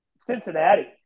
Cincinnati